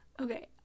okay